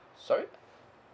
sorry